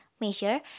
measure